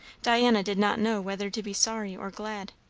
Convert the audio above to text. diana did not know whether to be sorry or glad.